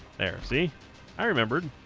there see i remembered